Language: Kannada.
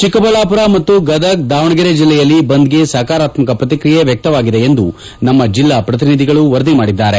ಚಿಕ್ಕಬಳ್ಳಾಪುರ ಮತ್ತು ಗದಗ ದಾವಣಗೆರೆ ಜಿಲ್ಲೆಯಲ್ಲಿ ಬಂದ್ಗೆ ಸಕಾರಾತ್ಮಕ ಪ್ರತಿಕ್ರಿಯೆ ವ್ಯಕ್ತವಾಗಿದೆ ಎಂದು ನಮ್ಮ ಜಿಲ್ಲಾ ಪ್ರತಿನಿಧಿಗಳು ವರದಿ ಮಾಡಿದ್ದಾರೆ